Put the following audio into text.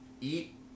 eat